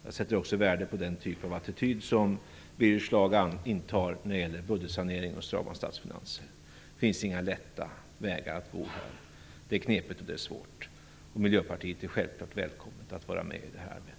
Jag sätter också värde på den attityd som Birger Schlaug intar när det gäller budgetsaneringen och strama statsfinanser. Det finns inga lätta vägar att gå här. Det är knepigt, och det är svårt. Miljöpartiet är självfallet välkommet att vara med i det arbetet.